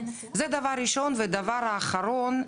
זה דבר ראשון, ודבר האחרון,